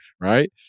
right